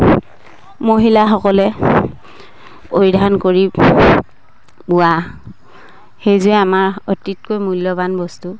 মহিলাসকলে পৰিধান কৰি বোৱা সেইযোৰে আমাৰ অতিতকৈ মূল্যৱান বস্তু